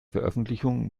veröffentlichung